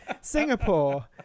Singapore